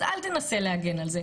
אז אל תנסה להגן על זה.